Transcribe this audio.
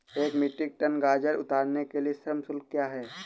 एक metric tonne गाजर उतारने के लिए श्रम शुल्क क्या है?